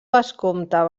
vescomte